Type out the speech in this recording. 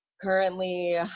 Currently